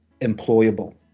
employable